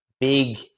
big